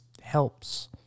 helps